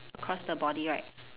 across the body right